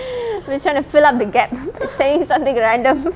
we're trying to fill up the gap by saying something random